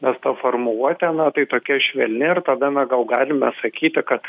mes tą formuluotę na tai tokia švelni ir tada gal galime sakyti kad